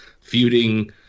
feuding